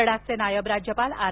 लडाखचे नायब राज्यपाल आर